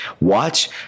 Watch